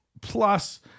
plus